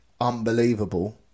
unbelievable